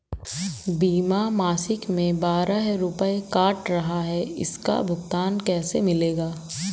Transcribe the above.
बीमा मासिक में बारह रुपय काट रहा है इसका भुगतान कैसे मिलेगा?